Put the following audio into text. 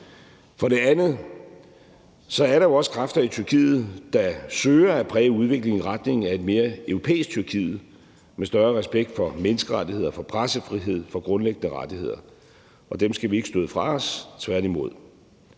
For det andet er der jo også kræfter i Tyrkiet, der søger at præge udviklingen i retning af et mere europæisk Tyrkiet med større respekt for menneskerettigheder, for pressefrihed og for grundlæggende rettigheder, og dem skal vi ikke støde fra os, tværtimod.